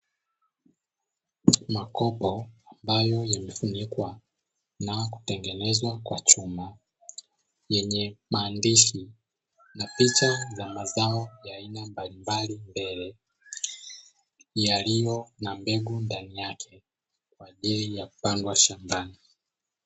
Makopo ambayo yamefunikwa na kutengenezwa kwa chuma, yenye maandishi na picha za mazao za aina mbalimbali. Yaliyo na mbegu ndani yake kwa ajili ya kupandwa shambani.